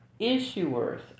issuers